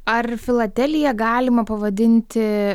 ar filateliją galima pavadinti